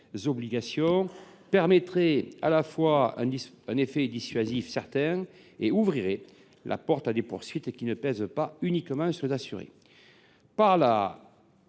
obligations aurait un effet dissuasif certain et ouvrirait la porte à des poursuites qui ne pèsent pas uniquement sur les assurés. Par